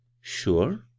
Sure